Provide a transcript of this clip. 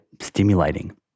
stimulating